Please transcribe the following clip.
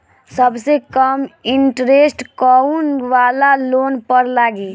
सबसे कम इन्टरेस्ट कोउन वाला लोन पर लागी?